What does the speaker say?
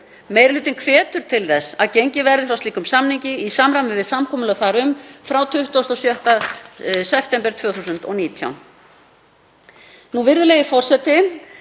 Meiri hlutinn hvetur til þess að gengið verði frá slíkum samningi í samræmi við samkomulag þar um frá 26. september 2019. Virðulegi forseti.